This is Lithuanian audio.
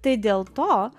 tai dėl to